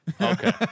Okay